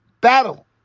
battle